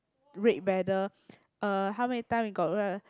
red battle uh how many time we got right